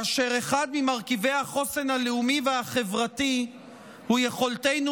ואחד ממרכיבי החוסן הלאומי והחברתי הוא יכולתנו